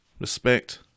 Respect